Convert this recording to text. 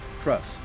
Trust